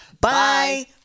Bye